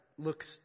looks